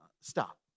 stop